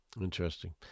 Interesting